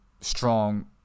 strong